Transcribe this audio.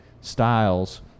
styles